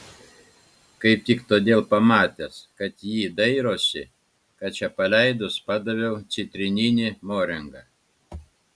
kaip tik todėl pamatęs kad ji dairosi ką čia paleidus padaviau citrininį morengą